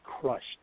crushed